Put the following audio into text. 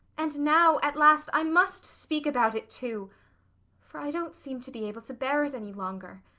and now, at last, i must speak about it, too for i don't seem to be able to bear it any longer.